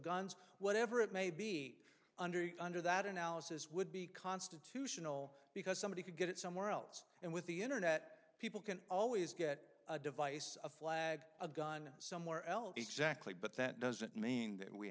guns whatever it may be under it under that analysis would be constitutional because somebody could get it somewhere else and with the internet people can always get a device a flag a gun somewhere else exactly but that doesn't mean that we